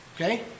okay